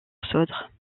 sauldre